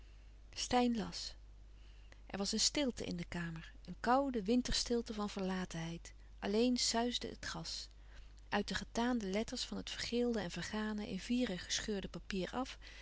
steyn las er was een stilte in de kamer een koude winterstilte van verlalouis couperus van oude menschen de dingen die voorbij gaan tenheid alleen suisde het gas uit de getaande letters van het vergeelde en vergane in vieren gescheurde papier af